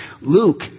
Luke